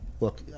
Look